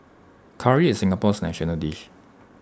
Curry is Singapore's national dish